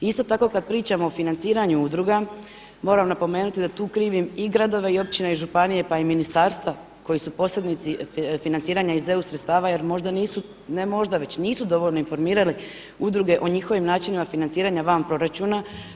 Isto tako kada pričamo o financiranju udruga, moram napomenuti da tu krivim i gradove i općine i županije pa i ministarstva koji su … financiranja iz eu sredstava jer možda nisu, ne možda, već nisu dovoljno informirali udruge o njihovim načinima financiranja van proračuna.